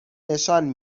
نشان